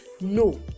no